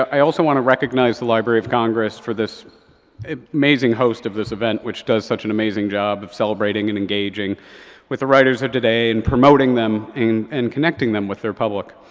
i also want to recognize the library of congress for this amazing host of this event which does such an amazing job of celebrating and engaging with the writers of today and promoting them and and connecting them with their public.